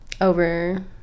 over